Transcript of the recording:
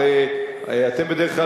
הרי אתם בדרך כלל,